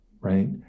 right